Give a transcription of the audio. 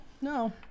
No